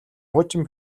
хуучин